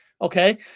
Okay